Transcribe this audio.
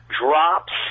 drops